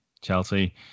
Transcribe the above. Chelsea